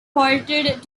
ported